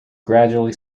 gradually